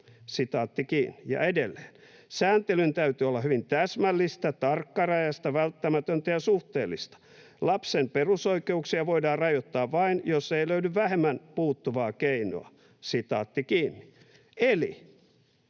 Ja edelleen: ”Sääntelyn täytyy olla hyvin täsmällistä, tarkkarajaista, välttämätöntä ja suhteellista. Lapsen perusoikeuksia voidaan rajoittaa vain, jos ei löydy vähemmän puuttuvaa keinoa.” Eli: